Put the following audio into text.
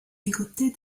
bigote